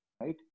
right